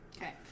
Okay